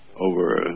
over